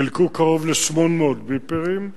חילקו קרוב ל-800 ביפרים.